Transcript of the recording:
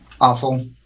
awful